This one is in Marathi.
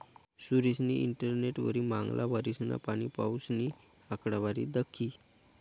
सुरेशनी इंटरनेटवरी मांगला वरीसना पाणीपाऊसनी आकडावारी दखी